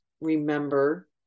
remember